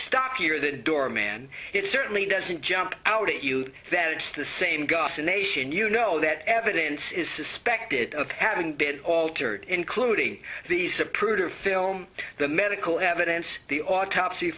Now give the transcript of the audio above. stockier the doorman it certainly doesn't jump out at you that it's the same gossip nation you know that evidence is suspected of having been altered including the zapruder film the medical evidence the autopsy